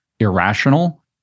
irrational